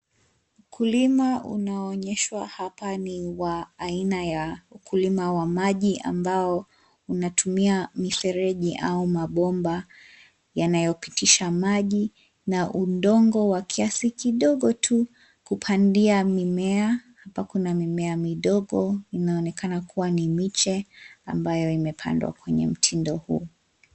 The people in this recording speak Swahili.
Ukulima unao onyeshwa hapa ni wa aina ya ukulima wa maji ambao unatumia mifereji au mabomba yanayopitisha maji na udongo wa kiasi kidogo tu kupandia mimea. Hapa kuna mimea midogo inayoonekana kua ni miche ambayo imepandwa kwenye mtindo huu.